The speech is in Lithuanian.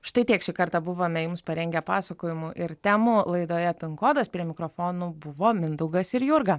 štai tiek šį kartą buvome jums parengę pasakojimų ir temų laidoje pin kodas prie mikrofonų buvo mindaugas ir jurga